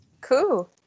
Cool